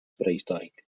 prehistòric